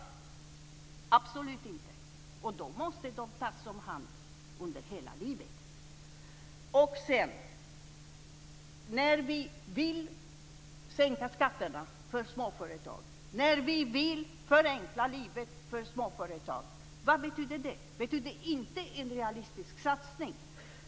Absolut inte. Då måste de tas om hand under hela livet. Vad betyder det när vi vill sänka skatterna för småföretag och förenkla livet för småföretag? Det sägs att det inte är en realistisk satsning.